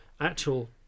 actual